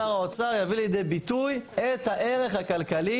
שר האוצר יביא לידי ביטוי את הערך הכלכלי